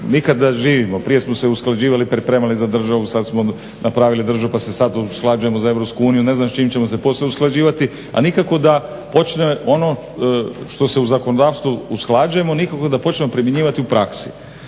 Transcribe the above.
Nikad da živimo. Prije smo se usklađivali, pripremali za državu, sad smo napravili državu pa se sad usklađujemo za Europsku uniju. Ne znam s čim ćemo se poslije usklađivati, a nikako da počne ono što se u zakonodavstvu usklađujemo nikako da počnemo primjenjivati u praksi.